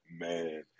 Man